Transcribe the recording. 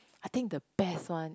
I think the best one is